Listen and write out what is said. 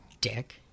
Dick